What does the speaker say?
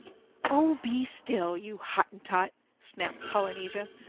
oh, be still, you hottentot! snapped polynesia.